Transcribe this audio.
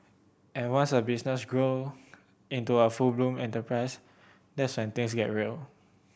and once a business grow into a full bloom enterprise that's when things get real